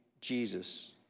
Jesus